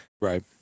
Right